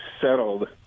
settled